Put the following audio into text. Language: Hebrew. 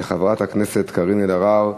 של חברת הכנסת קארין אלהרר.